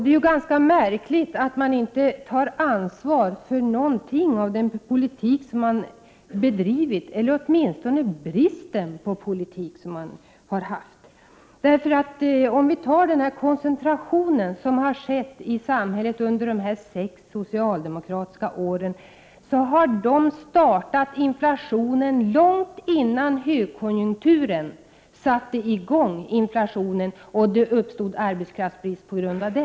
Det är märkligt att socialdemokraterna inte tar ansvar för den politik, eller kanske snarare den brist på politik, som man har fört. Jag påstår att koncentrationen i samhället under de sex socialdemokratiska åren skapade inflation. Den ökade därefter under högkonjunkturen och arbetskraftsbrist uppstod.